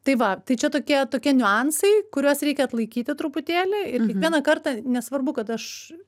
tai va tai čia tokie tokie niuansai kuriuos reikia atlaikyti truputėlį ir kiekvieną kartą nesvarbu kad aš